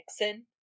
Nixon